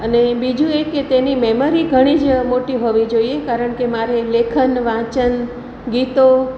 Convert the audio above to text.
અને બીજું એ કે તેની મેમરી ઘણી જ મોટી હોવી જોઈએ કારણ કે મારે લેખન વાંચન ગીતો